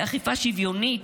אכיפה שוויונית,